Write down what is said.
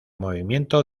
movimiento